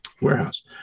warehouse